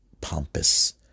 pompous